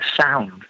sound